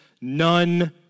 none